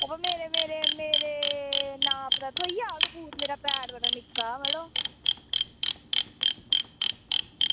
बाऽ मेरे नाप उप्परा थ्होई जाह्ग बाऽ मेरा पैर बड़ा निक्का यरो